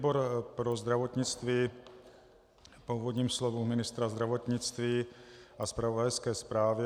Výbor pro zdravotnictví po úvodním slovu ministra zdravotnictví a zpravodajské zprávě